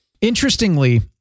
Interestingly